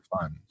fun